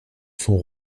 sont